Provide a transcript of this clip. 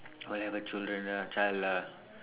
whatever children ah child lah